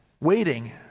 waiting